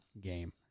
game